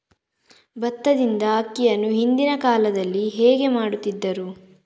ಭತ್ತದಿಂದ ಅಕ್ಕಿಯನ್ನು ಹಿಂದಿನ ಕಾಲದಲ್ಲಿ ಹೇಗೆ ಮಾಡುತಿದ್ದರು?